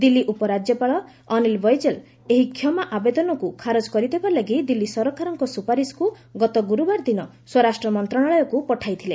ଦିଲ୍ଲୀ ଉପରାଜ୍ୟପାଳ ଅନିଲ୍ ବୈଜଲ୍ ଏହି କ୍ଷମା ଆବେଦନକୁ ଖାରଜ କରିଦେବା ଲାଗି ଦିଲ୍ଲୀ ସରକାରଙ୍କ ସୁପାରିସ୍କୁ ଗତ ଗୁରୁବାର ଦିନ ସ୍ୱରାଷ୍ଟ୍ର ମନ୍ତ୍ରଣାଳୟକୁ ପଠାଇଥିଲେ